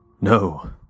No